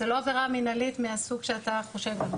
זה לא עבירה מנהלית מהסוג שאתה חושב.